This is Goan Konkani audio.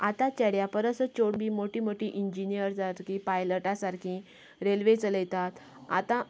आतां चेड्या परस चेडूं बी मोठीं मोठीं इंजिनियर जातकी पायलटां सारकीं रेल्वे चलयतात आतां